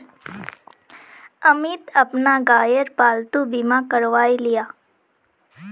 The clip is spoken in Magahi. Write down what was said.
अमित अपना गायेर पालतू बीमा करवाएं लियाः